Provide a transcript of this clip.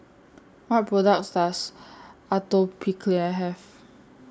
What products Does Atopiclair Have